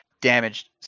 damaged